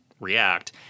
react